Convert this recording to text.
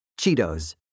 Cheetos